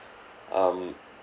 um